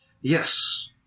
Yes